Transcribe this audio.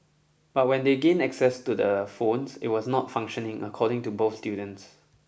but when they gained access to the phone it was not functioning according to both students